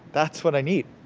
that's what i need.